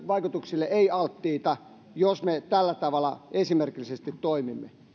vaikutuksille ei alttiita jos me esimerkiksi tällä tavalla toimimme